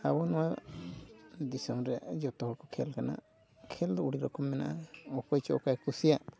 ᱟᱵᱚ ᱱᱚᱣᱟ ᱫᱤᱥᱚᱢ ᱨᱮ ᱡᱚᱛᱚ ᱦᱚᱲ ᱠᱚ ᱠᱷᱮᱞ ᱠᱟᱱᱟ ᱠᱷᱮᱞ ᱫᱚ ᱟᱹᱰᱤ ᱨᱚᱠᱚᱢ ᱢᱮᱱᱟᱜᱼᱟ ᱚᱠᱚᱭ ᱪᱚ ᱚᱠᱚᱭᱮ ᱠᱩᱥᱤᱭᱟᱜ